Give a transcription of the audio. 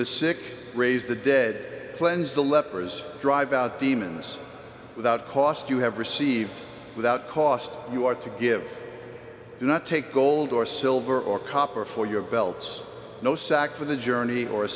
the sick raise the dead cleanse the lepers drive out demons without cost you have received without cost you are to give do not take gold or silver or copper for your belts no sack for the journey or a